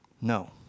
No